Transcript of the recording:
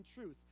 truth